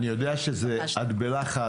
אני יודע שאת בלחץ.